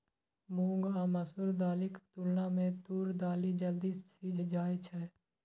मूंग आ मसूर दालिक तुलना मे तूर दालि जल्दी सीझ जाइ छै